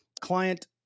client